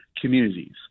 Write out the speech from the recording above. communities